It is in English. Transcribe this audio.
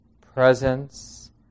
presence